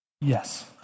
Yes